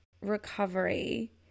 recovery